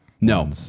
No